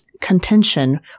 contention